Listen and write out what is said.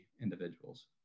individuals